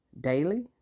daily